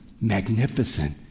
magnificent